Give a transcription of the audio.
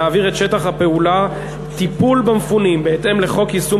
להעביר את שטח הפעולה "טיפול במפונים בהתאם לחוק יישום